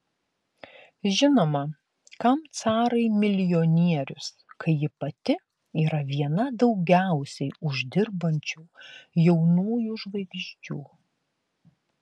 žinoma kam carai milijonierius kai ji pati yra viena daugiausiai uždirbančių jaunųjų žvaigždžių